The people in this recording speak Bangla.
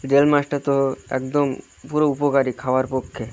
জিওল মাছটা তো একদম পুরো উপকারী খাওয়ার পক্ষে